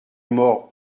mort